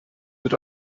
wird